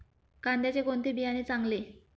कांद्याचे कोणते बियाणे चांगले?